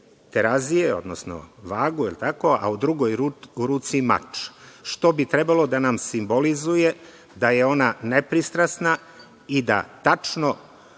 odnosno vagu, a u drugoj ruci mač, što bi trebalo da nam simbolizuje da je ona nepristrasna i da tačno